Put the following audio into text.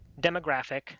demographic